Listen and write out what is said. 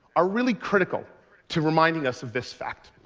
are really critical to reminding us of this fact.